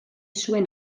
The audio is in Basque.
zuen